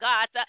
God